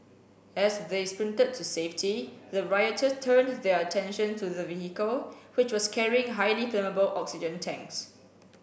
as they sprinted to safety the rioters turned their attention to the vehicle which was carrying highly flammable oxygen tanks